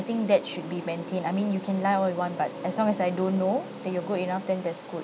think that should be maintained I mean you can lie all you want but as long as I don't know that you're good enough then that's good